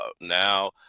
now